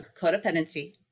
codependency